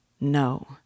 No